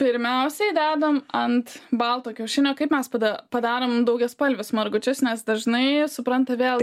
pirmiausiai dedam ant balto kiaušinio kaip mes tada padarom daugiaspalvius margučius nes dažnai supranta vėl